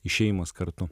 išėjimas kartu